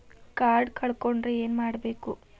Card ಕಳ್ಕೊಂಡ್ರ ಏನ್ ಮಾಡಬೇಕು?